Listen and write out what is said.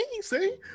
see